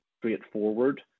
straightforward